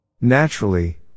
Naturally